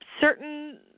Certain